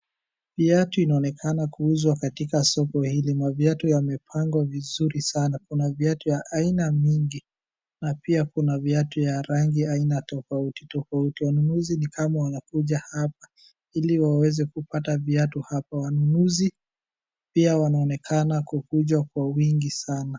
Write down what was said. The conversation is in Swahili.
Viatu inaonekana kuuzwa katika soko hili, maviatu yamepangwa vizuri sana, kuna viatu ya aina mingi na pia kuna viatu ya rangi aina tofauti tofauti wanunuzi ni kama wanakuja hapa ili waweze kupata viatu hapa, wanunuzi pia wanaonekana kukuja kwa wingi sana.